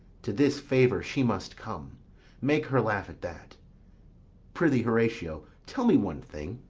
to this favour she must come make her laugh at that pr'ythee, horatio, tell me one thing.